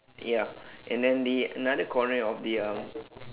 ya and then the another corner of the um